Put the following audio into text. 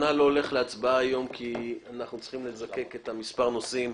אנחנו צריכים לזקק מספר נושאים,